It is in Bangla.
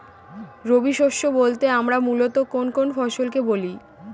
রবি শস্য বলতে আমরা মূলত কোন কোন ফসল কে বলি?